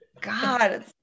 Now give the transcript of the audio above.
God